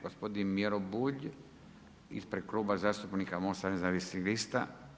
Gospodin Miro Bulj ispred Kluba zastupnika MOST-a Nezavisnih lista.